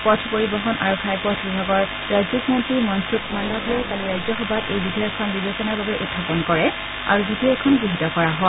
পথ পৰিবহন আৰু ঘাইপথ বিভাগৰ ৰাজ্যিক মন্ত্ৰী মনচুখ মাণ্ডাভিয়াই কালি ৰাজ্যসভাত এই বিধেয়কখন বিবেচনাৰ বাবে উখাপন কৰে আৰু বিধেয়কখন গৃহীত কৰা হয়